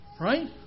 right